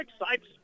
excites